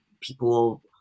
people